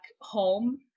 home